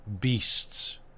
beasts